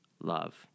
love